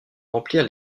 remplir